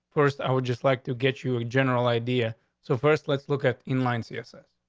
first, i would just like to get you a general idea. so first, let's look at in line css.